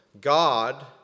God